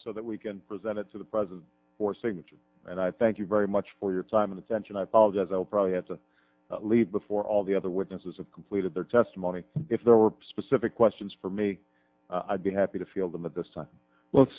so that we can present it to the president for signature and i thank you very much for your time and attention i thought as i will probably have to leave before all the other witnesses have completed their testimony if there were specific questions for me i'd be happy to field them at this time well